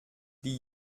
die